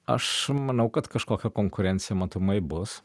aš manau kad kažkokia konkurencija matomai bus